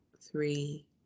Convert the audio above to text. three